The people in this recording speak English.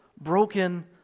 broken